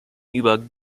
über